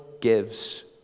gives